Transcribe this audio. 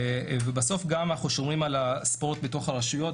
בסוף אנחנו גם שומרים על הספורט בתוך הרשויות,